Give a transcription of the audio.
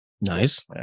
nice